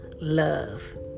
love